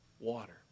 water